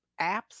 apps